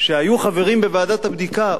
שהיו חברים בוועדת הבדיקה,